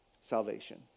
salvation